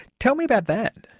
tell me about that.